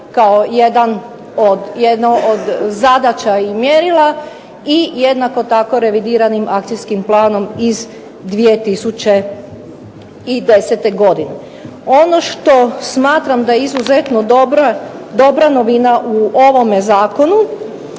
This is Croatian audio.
od, jedno od zadaća i mjerila i jednako tako revidiranim akcijskim planom iz 2010. godine. Ono što smatram da je izuzetno dobra novina u ovome zakonu,